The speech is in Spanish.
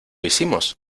hicimos